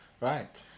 Right